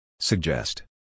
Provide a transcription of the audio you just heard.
Suggest